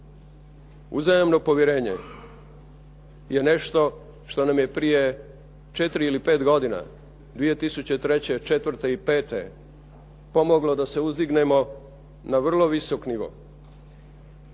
Uzajamno povjerenje je nešto što nam je prije četiri ili pet godina 2003., 2004. i 2005. pomoglo da se uzdignemo na vrlo visok nivo.